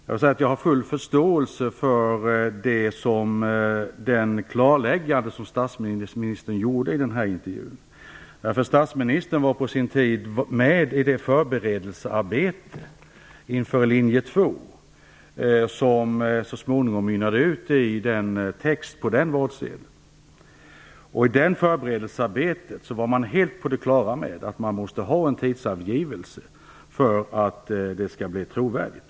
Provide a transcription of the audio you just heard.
Jag har full förståelse för det klarläggande som statsministern gjorde i intervjun. Statsministern var på den tiden med i det förberedelsearbete för linje 2 som så småningom mynnade ut i texten på valsedeln. I det förberedelsearbetet var man helt på det klara med att man måste ha en tidsangivelse för att det skulle bli trovärdigt.